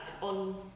on